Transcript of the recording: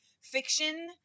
fiction